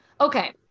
Okay